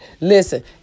Listen